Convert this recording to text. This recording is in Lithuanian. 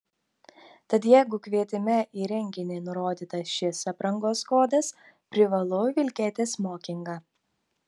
tad jeigu kvietime į renginį nurodytas šis aprangos kodas privalu vilkėti smokingą